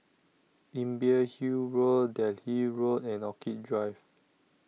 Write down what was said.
Imbiah Hill Road Delhi Road and Orchid Drive